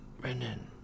Brendan